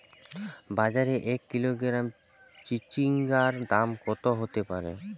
বাজারে এক কিলোগ্রাম চিচিঙ্গার দাম কত হতে পারে?